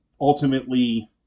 ultimately